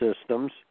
systems